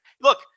Look